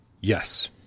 Yes